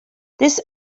this